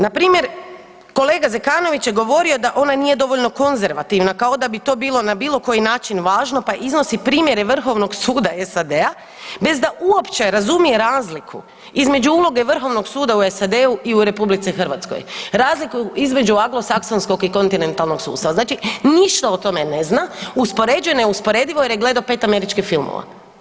Npr. kolega Zekanović je govorio da ona nije dovoljno konzervativna, kao da bi to bilo na bilo koji način važno, pa iznosi primjere Vrhovnog suda SAD-a bez da uopće razumije razlike između uloge Vrhovnog suda u SAD-u i RH, razliku između anglosaksonskog i kontinentalnog sustava, znači ništa o tome ne zna, uspoređuje neusporedivo jer je gledao 5 američkih filmova.